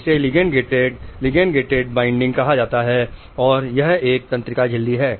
इसे ligand gated ligand binding कहा जाता है और यह एक तंत्रिका झिल्ली है